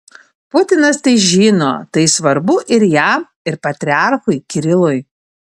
putinas tai žino tai svarbu ir jam ir patriarchui kirilui